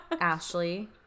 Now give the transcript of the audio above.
Ashley